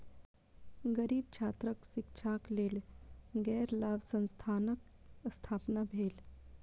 गरीब छात्रक शिक्षाक लेल गैर लाभ संस्थानक स्थापना भेल